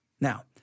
Now